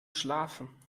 schlafen